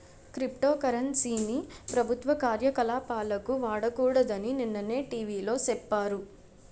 crypto currency ని ప్రభుత్వ కార్యకలాపాలకు వాడకూడదని నిన్ననే టీ.వి లో సెప్పారు